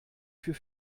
für